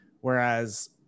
Whereas